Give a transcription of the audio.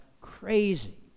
crazy